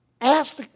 Ask